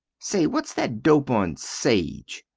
say whats that dope on sage?